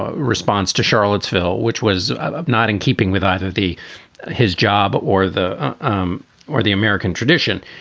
ah response to charlottesville, which was ah not in keeping with either the his job or the um or the american tradition.